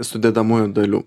sudedamųjų dalių